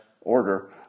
order